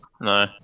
No